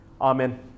Amen